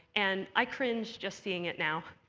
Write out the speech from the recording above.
and i cringe just seeing it now.